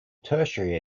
tertiary